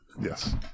Yes